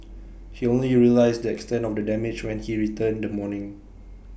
he only realised the extent of the damage when he returned the morning